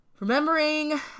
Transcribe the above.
remembering